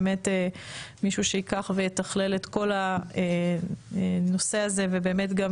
באמת מישהו שייקח ויתכלל את כל הנושא הזה ובאמת גם